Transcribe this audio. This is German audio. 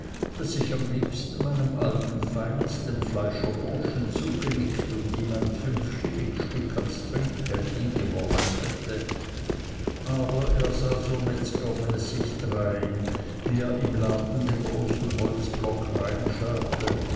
daß ich am liebsten meinem alten feind dem fleischerburschen zugenickt und ihm ein fünfschillingstück als trinkgeld hingeworfen hätte aber er sah so metzgermäßig drein wie er im laden den großen holzblock